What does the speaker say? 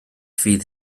fydd